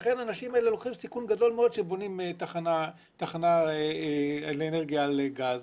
לכן האנשים האלה לוקחים סיכון גדול מאוד כשהם בונים תחנה לאנרגיה על גז.